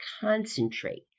concentrate